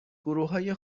گروههای